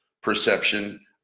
perception